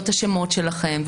לא את השמות שלכן,